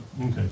Okay